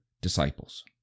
disciples